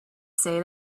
say